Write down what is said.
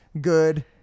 good